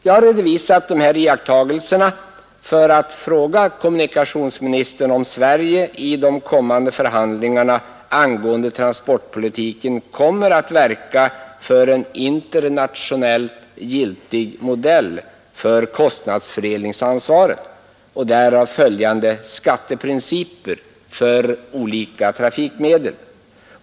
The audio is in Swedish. Jag har redovisat de här iakttagelserna för att fråga kommunikationsministern om Sverige i de kommande förhandlingarna angående transportpolitiken kommer att verka för en internationellt giltig modell för kostnadsfördelningsansvaret och därav följande skatteprinciper för olika trafikmedel.